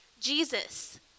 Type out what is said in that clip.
Jesus